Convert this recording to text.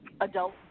adult